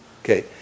Okay